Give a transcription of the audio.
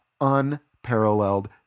unparalleled